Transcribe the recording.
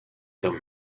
them